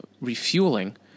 refueling